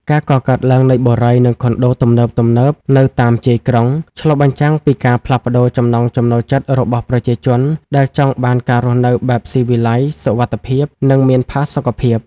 ការកកើតឡើងនៃបុរី និងខុនដូទំនើបៗនៅតាមជាយក្រុង ឆ្លុះបញ្ចាំងពីការផ្លាស់ប្តូរចំណង់ចំណូលចិត្តរបស់ប្រជាជនដែលចង់បានការរស់នៅបែបស៊ីវិល័យ សុវត្ថិភាព និងមានផាសុកភាព។